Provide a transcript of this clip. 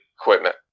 equipment